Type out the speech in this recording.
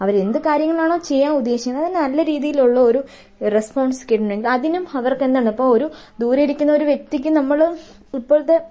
അവരെന്ത് കാര്യങ്ങളാണോ ചെയ്യാൻ ഉദ്ദേശിക്കുന്നത് അത് നല്ല രീതിയിലുള്ള ഒരു റെസ്പോൺസ് കിട്ടണമെങ്കിൽ അതിനും അവർക്ക് എന്താണ് ഇപ്പോൾ ഒരു ദൂരെയിരിക്കുന്ന ഒരു വ്യക്തിക്ക് നമ്മള് ഇപ്പോഴത്തെ